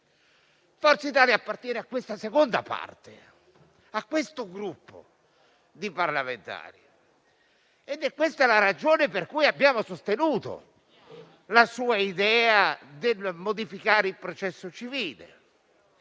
Forza Italia appartiene a questa seconda categoria e a questo gruppo di parlamentari. È questa la ragione per cui abbiamo sostenuto la sua idea di modificare il processo civile